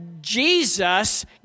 Jesus